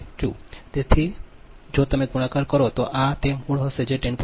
82 તેથી જો તમે ગુણાકાર કરો તો આ તે મૂળ હશે જે 10